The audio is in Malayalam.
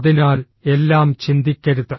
അതിനാൽ എല്ലാം ചിന്തിക്കരുത്